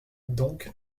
donc